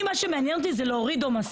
אני מה שמעניין אותי זה להוריד עומסים.